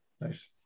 Nice